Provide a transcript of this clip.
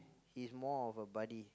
he's more of a buddy